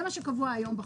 זה מה שקבוע היום בחוק.